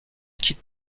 quitte